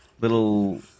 little